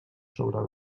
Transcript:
sobre